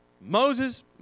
Moses